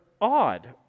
odd